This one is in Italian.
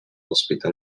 ospita